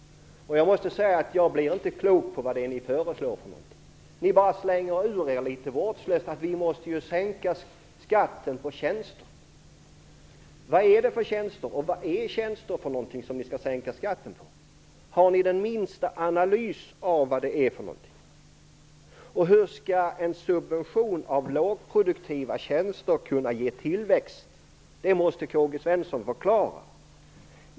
Jag blir inte klok på vad det är ni föreslår. Ni slänger litet vårdslöst ur er att vi måste sänka skatten på tjänster. Vad är det för tjänster som ni skall sänka skatten på, och vad är tjänster för något? Har ni den minsta analys av vad det är för något? Hur skall en subvention av lågproduktiva tjänster kunna ge tillväxt? Det måste K-G Svenson förklara.